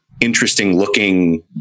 interesting-looking